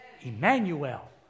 Emmanuel